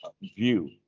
view